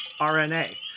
RNA